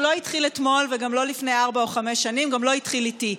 הוא לא התחיל אתמול וגם לא לפני ארבע או חמש שנים וגם לא התחיל איתי.